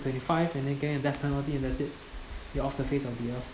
twenty five and then get death penalty that's it you're off the face of the earth